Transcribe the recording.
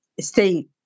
stay